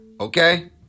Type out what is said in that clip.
okay